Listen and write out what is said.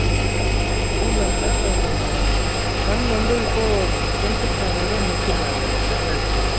ம் ஒன்றும் இல்லங்க சார் சன் வந்து இப்போது டென்த் ஸ்டாண்டர்ட் முடித்திருக்காரு எஸ்எஸ்எல்சி